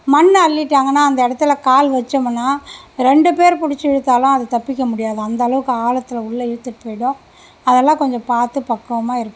மண் அள்ளிட்டாங்கனால் அந்த இடத்துல கால் வச்சோமுன்னால் ரெண்டுப்பேரு பிடிச்சி இழுத்தாலும் அது தப்பிக்க முடியாதாம் அந்த அளவுக்கு ஆழத்தில் உள்ளே இழுத்துகிட்டு போயிடும் அதெல்லாம் கொஞ்சம் பார்த்து பக்குவமாக இருப்போம்